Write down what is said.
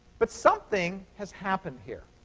but something has happened here.